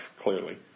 clearly